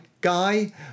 guy